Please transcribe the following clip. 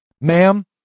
ma'am